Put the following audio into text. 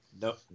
No